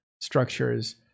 structures